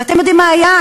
ואתם יודעים מה היה?